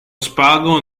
spago